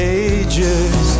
ages